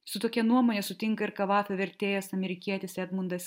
su tokia nuomone sutinka ir kavafio vertėjas amerikietis edmundas